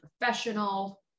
professional